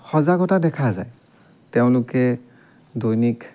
সজাগতা দেখা যায় তেওঁলোকে দৈনিক